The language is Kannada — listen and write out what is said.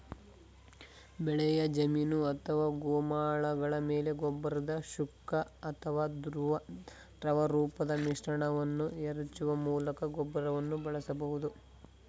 ಬೆಳೆಯ ಜಮೀನು ಅಥವಾ ಗೋಮಾಳಗಳ ಮೇಲೆ ಗೊಬ್ಬರದ ಶುಷ್ಕ ಅಥವಾ ದ್ರವರೂಪದ ಮಿಶ್ರಣವನ್ನು ಎರಚುವ ಮೂಲಕ ಗೊಬ್ಬರವನ್ನು ಬಳಸಬಹುದು